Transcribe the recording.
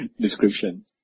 description